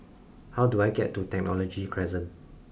how do I get to Technology Crescent